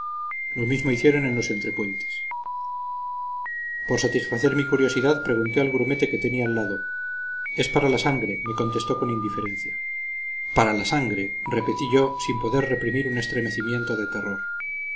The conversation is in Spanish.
lo mismo hicieron en los entrepuentes por satisfacer mi curiosidad pregunté al grumete que tenía al lado es para la sangre me contestó con indiferencia para la sangre repetí yo sin poder reprimir un estremecimiento de terror